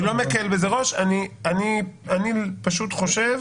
אני לא מקל בזה ראש, אני פשוט חושב